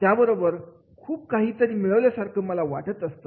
त्याबरोबर खूप काहीतरी मिळवल्या सारखं मला वाटतं